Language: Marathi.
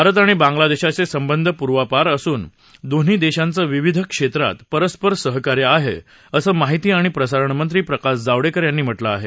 भारत आणि बांगला देशाचे संबंध पूर्वापार असून दोन्ही देशांचं विविध क्षेत्रात परस्पर सहकार्य आहे असं माहीती आणि प्रसारण मंत्री प्रकाश जावडेकर यांनी म्हटलं आहे